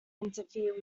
interfere